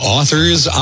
Authors